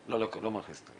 שלא מכניסים אותם.